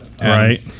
Right